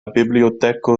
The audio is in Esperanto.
biblioteko